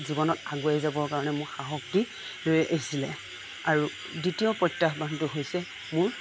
জীৱনত আগুৱাই যাবৰ কাৰণে মোক সাহস দি ৰেষ্ট দিছিলে আৰু দ্বিতীয় প্ৰত্যাহ্বানটো হৈছে মোৰ